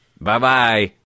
Bye-bye